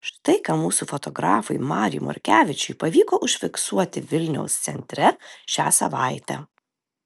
štai ką mūsų fotografui mariui morkevičiui pavyko užfiksuoti vilniaus centre šią savaitę